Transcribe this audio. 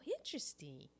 interesting